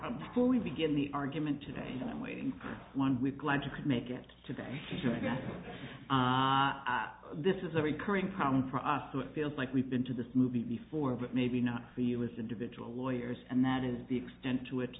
for we begin the argument today and i'm waiting one we're glad you could make it today should i this is a recurring problem for us so it feels like we've been to this movie before but maybe not feel as individual lawyers and that is the extent to which